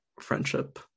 friendship